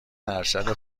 ارشد